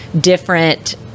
different